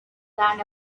than